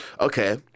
okay